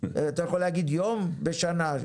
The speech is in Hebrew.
אתה יכול להגיד יום בשנה,